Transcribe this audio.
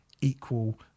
equal